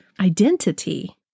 identity